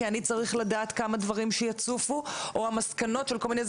כי אני צריך לדעת כמה דברים שיצופו או המסקנות של כל מיני.